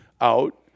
out